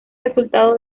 resultado